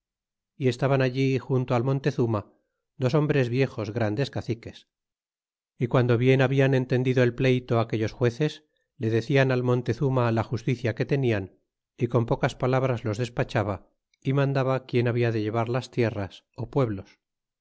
y estaban allí junto al montezuma dos hombres viejos grandes caciques y guando bien habían entendido el pleyto aquellos jueces le decian al montezuma la justicie que tenían y con pocas palabras los despachaba y mandaba quien habla de llevar las tierras pueblos